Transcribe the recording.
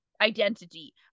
identity